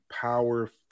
power